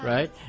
Right